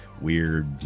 weird